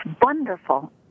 wonderful